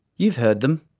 you've heard them.